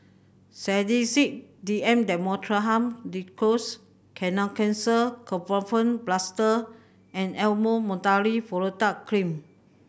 Sedilix D M Dextromethorphan Linctus Kenhancer Ketoprofen Plaster and Elomet Mometasone Furoate Cream